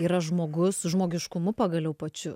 yra žmogus su žmogiškumu pagaliau pačiu